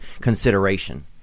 consideration